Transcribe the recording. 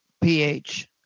pH